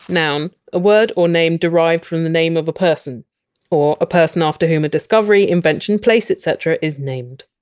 noun. a word or name derived from the name of a person or a person after whom a discovery, invention, place, etc, is named.